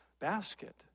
basket